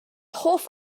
hoff